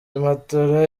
matora